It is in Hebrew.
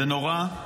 זה נורא,